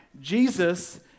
Jesus